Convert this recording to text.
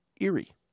Erie